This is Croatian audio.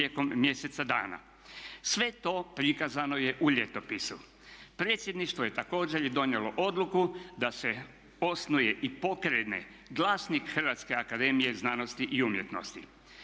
tijekom mjesec dana. Sve to prikazano je u ljetopisu. Predsjedništvo je također i donijelo odluku da se osnuje i pokrene glasnih Hrvatske akademije znanosti i umjetnosti.